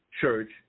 church